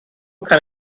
kann